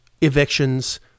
evictions